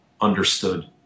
understood